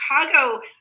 Chicago